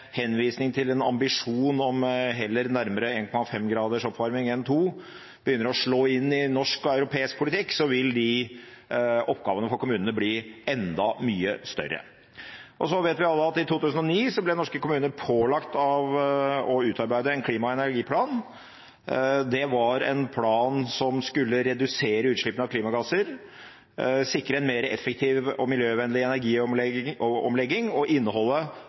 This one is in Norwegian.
henvisning til en ambisjon om heller nærmere 1,5 graders oppvarming enn 2 begynner å slå inn i norsk og europeisk politikk, vil oppgavene for kommunene bli enda mye større. Vi vet alle at i 2009 ble norske kommuner pålagt å utarbeide en klima- og energiplan. Det var en plan som skulle redusere utslippene av klimagasser, sikre en mer effektiv og miljøvennlig energiomlegging og inneholde ambisiøse mål for utslippsreduksjoner og